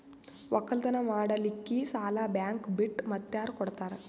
ಒಕ್ಕಲತನ ಮಾಡಲಿಕ್ಕಿ ಸಾಲಾ ಬ್ಯಾಂಕ ಬಿಟ್ಟ ಮಾತ್ಯಾರ ಕೊಡತಾರ?